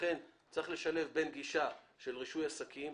לכן צריך לשלב בין גישה של רישוי עסקים,